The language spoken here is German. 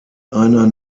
einer